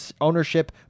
ownership